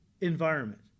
environment